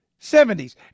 70s